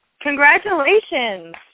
Congratulations